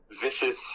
vicious